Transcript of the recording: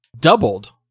doubled